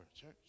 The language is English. church